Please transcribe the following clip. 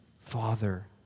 Father